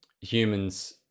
humans